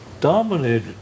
dominated